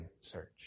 search